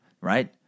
Right